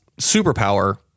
superpower